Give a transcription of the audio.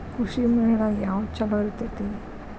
ಕೃಷಿಮೇಳ ನ್ಯಾಗ ಯಾವ್ದ ಛಲೋ ಇರ್ತೆತಿ?